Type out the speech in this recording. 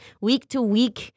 week-to-week